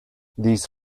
these